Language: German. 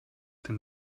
den